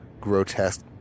grotesque